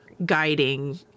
guiding